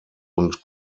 und